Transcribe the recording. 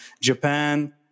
Japan